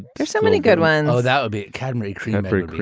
there's so many good ones. oh, that would be camera kronenberg